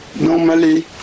Normally